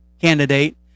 candidate